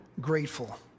grateful